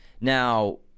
Now